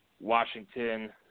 Washington